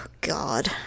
God